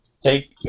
take